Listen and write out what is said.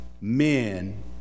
men